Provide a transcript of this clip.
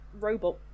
Robot